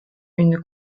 une